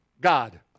god